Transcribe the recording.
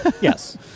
Yes